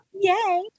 Yay